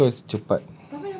because cepat